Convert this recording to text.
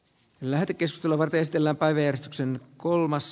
lähetä keskellä vai keskellä päivää järistyksen kolmas